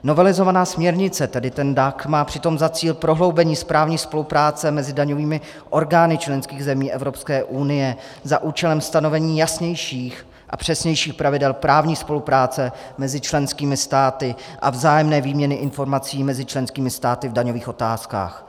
Novelizovaná směrnice, tedy ten DAC, má přitom za cíl prohloubení správní spolupráce mezi daňovými orgány členských zemí Evropské unie za účelem stanovení jasnějších a přesnějších pravidel právní spolupráce mezi členskými státy a vzájemné výměny informací mezi členskými státy v daňových otázkách.